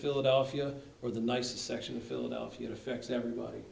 philadelphia or the nice section philadelphia affects everybody